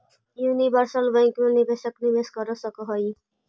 universal bank मैं निवेशक निवेश कर सकऽ हइ